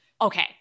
Okay